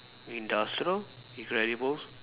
industrial incredibles